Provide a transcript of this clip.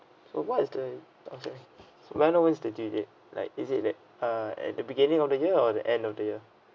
oh what is the okay so may I know when's the due date like is it at uh at the beginning of the year or at the end of the year